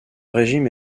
régime